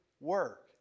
work